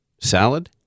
salad